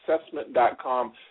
Assessment.com